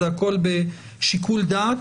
זה הכול בשיקול דעת.